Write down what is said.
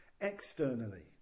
Externally